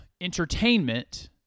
entertainment